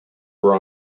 were